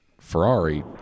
Ferrari